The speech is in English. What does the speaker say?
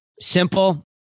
Simple